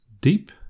Deep